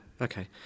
okay